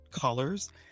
colors